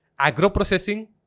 agro-processing